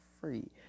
free